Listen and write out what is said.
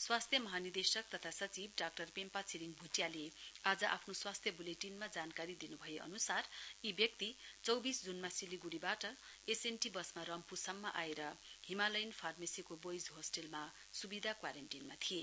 स्वास्थ्य महानिर्देशक तथा सचिव डाक्टर पेम्पा छिरिङ भुटियाले आज आफ्नो स्वास्थ्य बुलेटिनमा जानकारी दिनु भएअनुसार यी व्यक्ति चौंबिस जूनमा सिलिगुडीबाट एसएनटी बसमा रम्फूसम्म आएर हिमालयण फार्मेसीको बोइज होस्टलमा सुविधा क्वारेन्टिनमा थिए